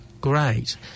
great